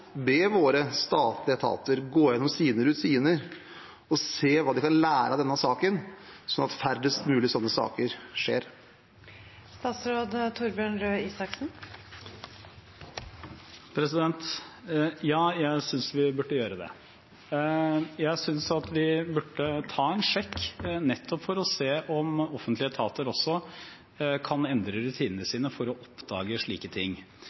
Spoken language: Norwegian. be våre statlige etater gå gjennom sine rutiner og se hva de kan lære av denne saken, sånn at færrest mulig sånne saker skjer? Ja, jeg synes vi burde gjøre det. Jeg synes at vi burde ta en sjekk, nettopp for å se om offentlige etater også kan endre rutinene sine for å oppdage slike ting.